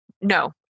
No